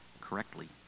correctly